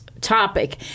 topic